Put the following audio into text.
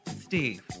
Steve